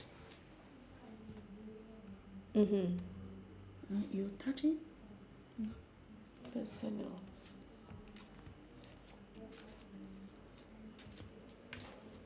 mmhmm personal